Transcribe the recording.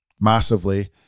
massively